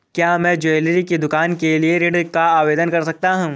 क्या मैं ज्वैलरी की दुकान के लिए ऋण का आवेदन कर सकता हूँ?